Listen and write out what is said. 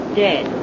dead